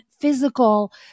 physical